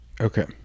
Okay